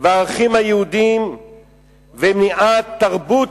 והערכים היהודיים ועל מניעת תרבות